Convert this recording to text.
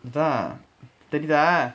ஆதா தெரிதா:athaa terithaa